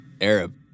Arab